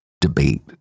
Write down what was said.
debate